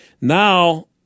Now